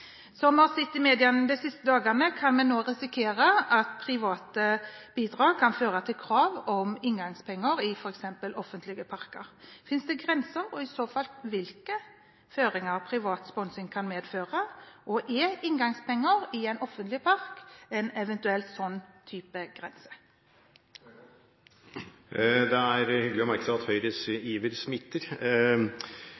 Som vi har sett i media de siste dagene, kan vi nå risikere at private bidrag kan føre til krav om inngangspenger i f.eks. offentlige parker. Finnes det grenser, og i så fall hvilke, for føringer som privat sponsing kan medføre? Er inngangspenger i en offentlig park eventuelt en sånn type grense? Det er hyggelig å merke seg at Høyres